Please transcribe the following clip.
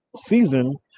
season